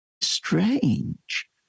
strange